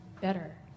better